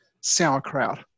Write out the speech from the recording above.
sauerkraut